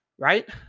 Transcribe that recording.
Right